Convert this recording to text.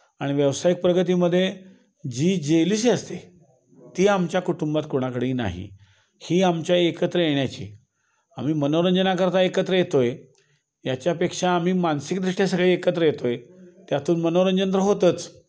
आणि व्यावसायिक प्रगतीमध्ये जी जेलसी असते ती आमच्या कुटुंबात कोणाकडेही नाही ही आमच्या एकत्र येण्याची आम्ही मनोरंजनाकरता एकत्र येतो आहे याच्यापेक्षा आम्ही मानसिक दृष्ट्या सगळी एकत्र येतो आहे त्यातून मनोरंजन तर होतंच